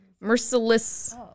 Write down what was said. Merciless